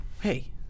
Hey